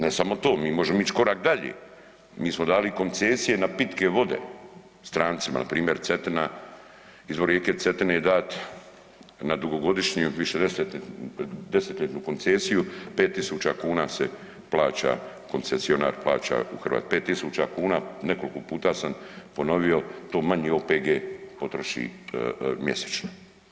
Ne samo to, mi možemo ić korak dalje, mi smo dali i koncesije na pitke vode strancima, npr. Cetina, izvor rijeke Cetine je dat na dugogodišnji, višedesetljetnu koncesiju, 5000 kn se plaća koncesionar plaća, 5000 kn nekoliko puta sam to ponovio, to manji OPG potroši mjesečno.